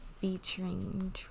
Featuring